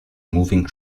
moving